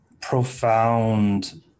profound